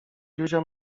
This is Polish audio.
józia